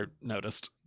noticed